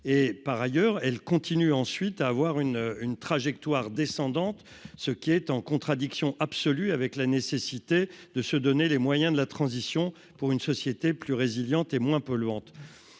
par ailleurs elle continue ensuite à avoir une une trajectoire descendante, ce qui est en contradiction absolue avec la nécessité de se donner les moyens de la transition pour une société plus résilientes et moins polluante,